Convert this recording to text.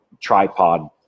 tripod